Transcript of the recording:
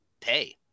pay